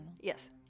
Yes